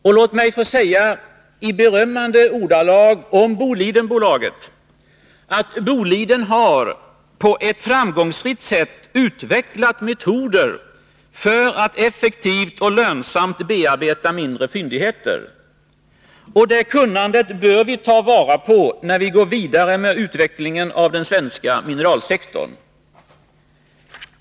Och låt mig berömmande få säga att Boliden på ett framgångsrikt sätt har utvecklat metoder för att effektivt och lönsamt bearbeta mindre fyndigheter. Det kunnandet bör vi ta vara på när vi går vidare med utvecklingen av den svenska mineralsektorn.